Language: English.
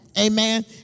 amen